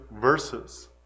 verses